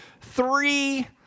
three